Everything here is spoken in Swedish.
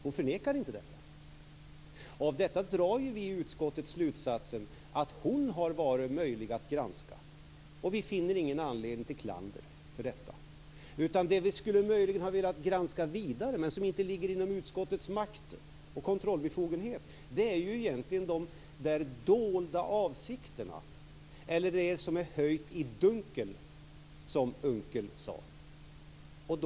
Hon förnekar inte detta. Av detta drar vi i utskottet slutsatsen att det har varit möjligt att granska henne. Vi finner ingen anledning till klander för detta. Det vi möjligen hade velat granska vidare, men som inte ligger i utskottets makt eller inom vår kontrollbefogenhet, är de dolda avsikterna eller det som är höljt i dunkel, som Unckel sade.